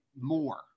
more